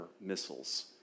missiles